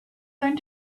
learn